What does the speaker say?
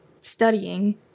studying